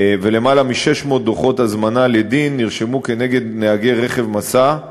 ולמעלה מ-600 דוחות הזמנה לדין נרשמו כנגד נהגי רכב משא.